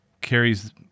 carries